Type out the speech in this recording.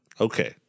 Okay